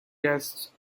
guests